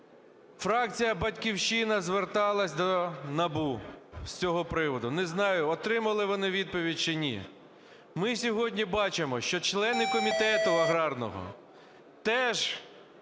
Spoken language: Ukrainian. Фракція "Батьківщина" зверталася до НАБУ з цього приводу. Не знаю, отримали вони відповідь чи ні. Ми сьогодні бачимо, що члени комітету аграрного теж